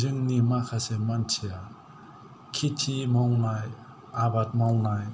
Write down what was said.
जोंनि माखासे मानसिया खेति मावनाय आबाद मावनाय